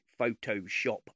Photoshop